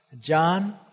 John